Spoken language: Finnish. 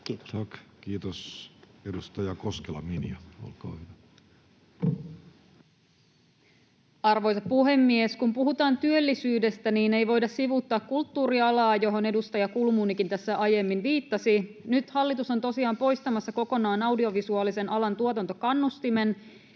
kiitos. — Edustaja Koskela, Minja, olkaa hyvä. Arvoisa puhemies! Kun puhutaan työllisyydestä, niin ei voida sivuuttaa kulttuurialaa, johon edustaja Kulmunikin tässä aiemmin viittasi. Nyt hallitus on tosiaan poistamassa kokonaan audiovisuaalisen alan tuotantokannustimen,